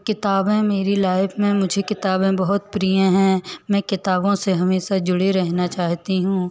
किताबें मेरी लाइफ में मुझे किताबें बहुत प्रिय हैं मैं किताबों से हमेशा जुड़े रहना चाहती हूँ